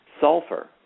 sulfur